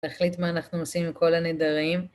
להחליט מה אנחנו עושים עם כל הנדרים.